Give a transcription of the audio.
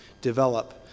develop